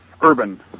Urban